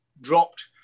dropped